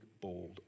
bold